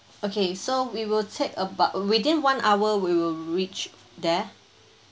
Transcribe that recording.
okay so we will take about within one hour we will reach there